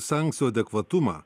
sankcijų adekvatumą